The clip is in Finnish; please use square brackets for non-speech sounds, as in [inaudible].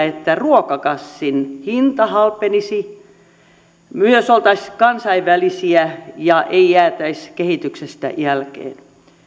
[unintelligible] että ruokakassin hinta halpenisi myös oltaisiin kansainvälisiä ja ei jäätäisi kehityksestä jälkeen